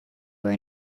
were